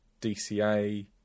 DCA